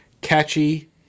Catchy